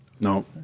No